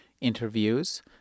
interviews